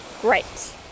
great